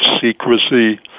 secrecy